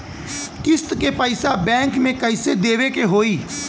किस्त क पैसा बैंक के कइसे देवे के होई?